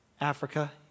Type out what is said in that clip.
Africa